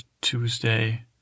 Tuesday